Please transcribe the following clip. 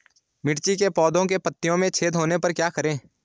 मिर्ची के पौधों के पत्तियों में छेद होने पर क्या करें?